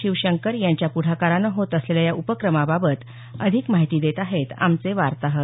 शिवशंकर यांच्या प्ढाकारानं होत असलेल्या या उपक्रमाबाबत अधिक माहिती देत आहेत आमचे वार्ताहर